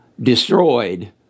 destroyed